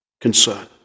concern